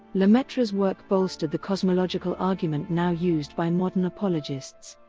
lemaitre's work bolstered the cosmological argument now used by modern apologists.